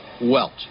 Welch